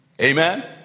amen